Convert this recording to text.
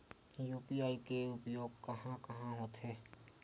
UPI के उपयोग कहां कहा होथे?